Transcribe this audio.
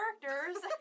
characters